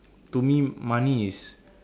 to me money is